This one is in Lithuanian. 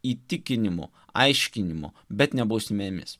įtikinimu aiškinimu bet ne bausmėmis